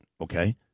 okay